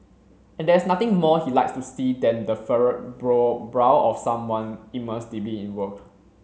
and there is nothing more he likes to see than the furrowed brow of someone immersed deeply in work